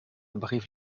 brive